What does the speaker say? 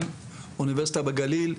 של אוניברסיטה בגליל,